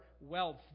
wealth